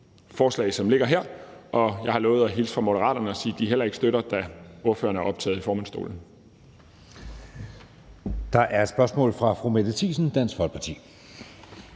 Der er en kort bemærkning fra fru Mette Thiesen, Dansk Folkeparti.